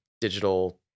digital